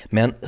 Men